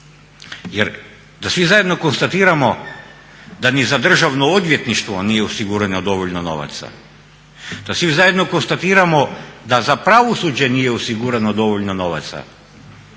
Jer da svi zajedno konstatiramo da ni za Državno odvjetništvo nije osigurano dovoljno novaca, da svi zajedno konstatiramo da za pravosuđe nije osigurano dovoljno novaca